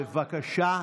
בבקשה,